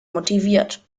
motiviert